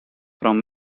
from